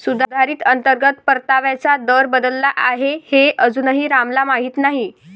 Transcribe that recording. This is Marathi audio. सुधारित अंतर्गत परताव्याचा दर बदलला आहे हे अजूनही रामला माहीत नाही